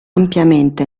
ampiamente